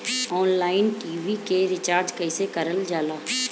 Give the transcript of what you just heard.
Online TV के recharge कईसे करल जाला?